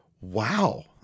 wow